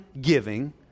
giving